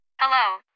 Hello